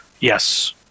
Yes